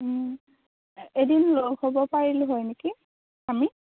এদিন লগ হ'ব পাৰিলোঁ হয় নেকি আমি